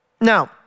Now